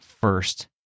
first